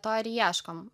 to ir ieškom